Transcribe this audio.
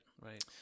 right